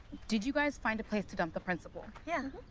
did you guys find a place to dump the principal? yeah,